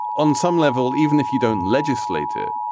on some level, even if you don't legislate it,